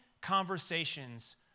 conversations